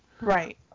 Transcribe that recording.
Right